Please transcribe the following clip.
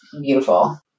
beautiful